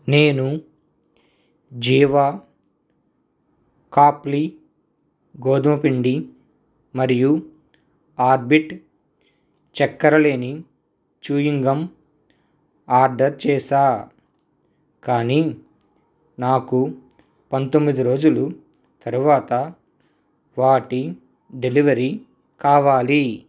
నేను జీవా ఖాప్లి గోధుమ పిండి మరియు ఆర్బిట్ చక్కర లేని చుయింగ్ గమ్ ఆర్డర్ చేశా కానీ నాకు పంతొమ్మిది రోజులు తరువాత వాటి డెలివరీ కావాలి